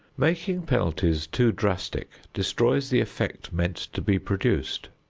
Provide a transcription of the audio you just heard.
making penalties too drastic destroys the effect meant to be produced.